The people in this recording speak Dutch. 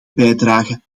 bijdrage